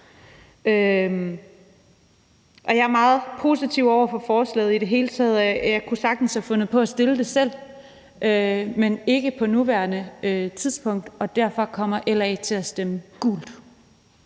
Jeg er meget positiv over for forslaget i det hele taget, og jeg kunne sagtens have fundet på at fremsætte det selv, men ikke på nuværende tidspunkt, og derfor kommer LA til at stemme gult.